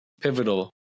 pivotal